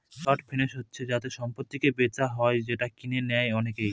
short finance হচ্ছে যাতে সম্পত্তিকে বেচা হয় যেটা কিনে নেয় অনেকে